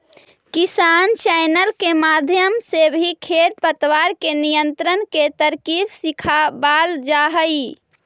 किसान चैनल के माध्यम से भी खेर पतवार के नियंत्रण के तरकीब सिखावाल जा हई